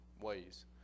ways